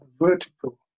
vertical